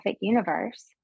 universe